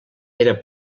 era